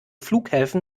flughäfen